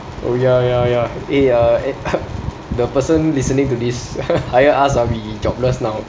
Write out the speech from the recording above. oh ya ya ya eh ya the person listening to this hire us ah we jobless now